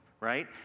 right